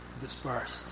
dispersed